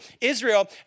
Israel